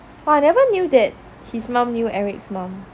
!wah! I never knew that his mum knew eric's mum